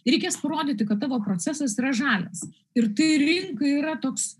reikės parodyti kad tavo procesas yra žalias ir tai rinkai yra toks